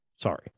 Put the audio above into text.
Sorry